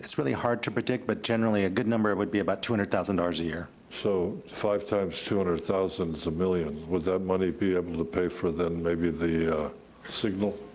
really hard to predict, but generally a good number would be about two hundred thousand dollars a year. so, five times two hundred thousand is a million. would that money be able to pay for then, maybe, the signal?